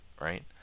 right